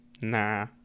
nah